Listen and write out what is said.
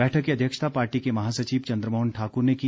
बैठक की अध्यक्षता पार्टी के महासचिव चन्द्रमोहन ठाक्र ने की